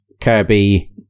kirby